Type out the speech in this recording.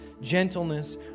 gentleness